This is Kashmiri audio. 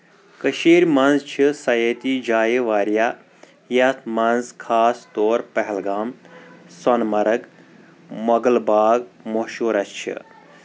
کٔشیٖر منٛز چھِ سَیٲتی جایہِ واریاہ اَتھ منٛز خاص طور پہلگام سۄن مرگ مۄگل باغ مشہوٗر حظ چھِ